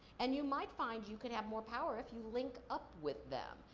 and you might find you can have more power if you link up with them.